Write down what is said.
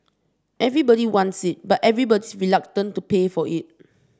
everybody wants it but everybody's reluctant to pay for it